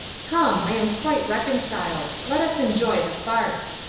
come, i am quite reconciled let us enjoy the farce.